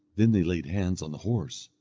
then they laid hands on the horse.